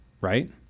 right